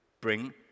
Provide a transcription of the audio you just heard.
bring